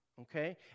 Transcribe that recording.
okay